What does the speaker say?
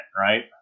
right